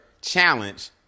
challenge